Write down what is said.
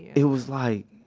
it was like,